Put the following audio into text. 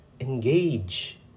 engage